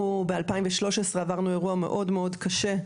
אנחנו ב-2013 עברנו אירוע מאוד מאוד קשה,